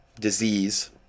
Disease